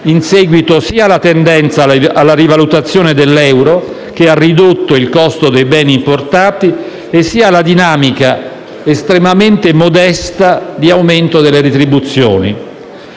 in seguito sia alla tendenza alla rivalutazione dell'euro, che ha ridotto il costo dei beni importati, sia alla dinamica estremamente modesta di aumento delle retribuzioni.